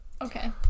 okay